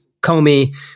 Comey